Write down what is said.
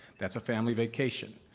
that's a family vacation.